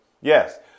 Yes